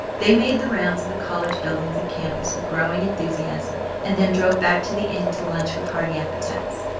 they made the rounds of the college buildings and campus with growing enthusiasm, and then drove back to the inn to lunch with hearty appetites.